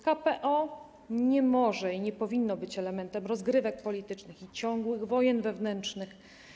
KPO nie może i nie powinno być elementem rozgrywek politycznych i ciągłych wojen wewnętrznych.